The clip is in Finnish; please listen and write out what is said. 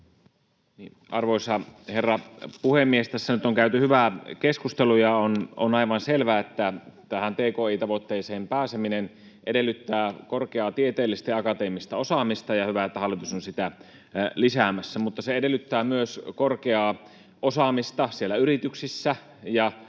Arvoisa herra puhemies! Tässä nyt on käyty hyvää keskustelua, ja on aivan selvää, että tähän tki-tavoitteeseen pääseminen edellyttää korkeaa tieteellistä ja akateemista osaamista, ja on hyvä, että hallitus on sitä lisäämässä, mutta se edellyttää myös korkeaa osaamista siellä yrityksissä